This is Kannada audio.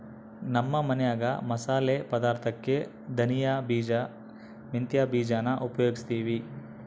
ನಮ್ಮ ಮನ್ಯಾಗ ಮಸಾಲೆ ಪದಾರ್ಥುಕ್ಕೆ ಧನಿಯ ಬೀಜ, ಮೆಂತ್ಯ ಬೀಜಾನ ಉಪಯೋಗಿಸ್ತೀವಿ